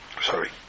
Sorry